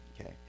okay